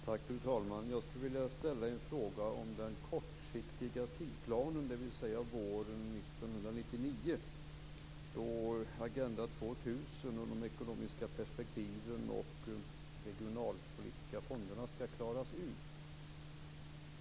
Fru talman! Jag skulle vilja ställa en fråga om den kortsiktiga tidsplanen, dvs. våren 1999, då Agenda 2000, de ekonomiska perspektiven och de regionalpolitiska fonderna skall klaras ut.